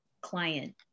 client